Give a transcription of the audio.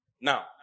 Now